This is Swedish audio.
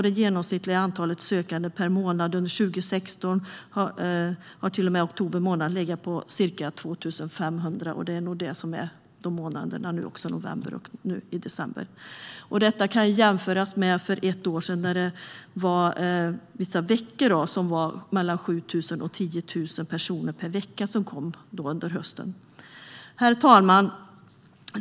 Det genomsnittliga antalet sökande per månad under 2016 har till och med oktober månad legat på ca 2 500, och så ser det nog ut även i november och december. Detta kan jämföras med vissa veckor under hösten 2015 då det kom 7 000-10 000 personer per vecka. Herr talman!